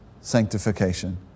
sanctification